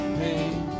pain